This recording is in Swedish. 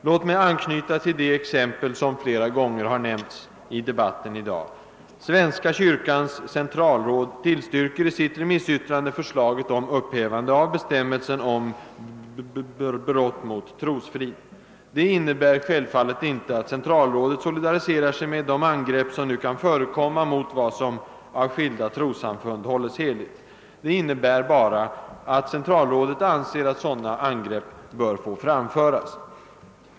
Låt mig anknyta till det exempel som flera gånger har nämnts i debatten i dag: Svenska kyrkans centralråd tillstyrker i sitt remissyttrande förslaget om upphävande av bestämmelsen om brott mot trosfrid. Det innebär självfallet inte att centralrådet solidariserar sig med de angrepp som nu kan förekomma mot det som av skilda trossamfund hålls heligt. Det innebär bara att centralrådet anser att sådana angrepp bör få framföras.